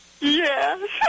Yes